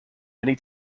many